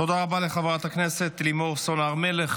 תודה רבה לחברת הכנסת לימור סון הר מלך.